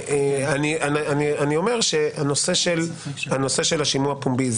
אני אומר שהנושא של השימוע הפומבי,